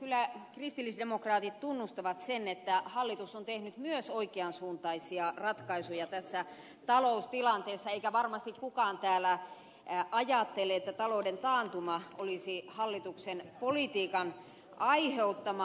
kyllä kristillisdemokraatit tunnustavat sen että hallitus on tehnyt myös oikean suuntaisia ratkaisuja tässä taloustilanteessa eikä varmasti kukaan täällä ajattele että talouden taantuma olisi hallituksen politiikan aiheuttamaa